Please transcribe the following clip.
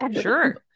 sure